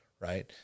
right